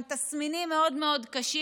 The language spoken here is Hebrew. עם תסמינים מאוד מאוד קשים,